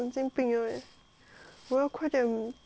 我要快点等鱼缸来